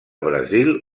brasil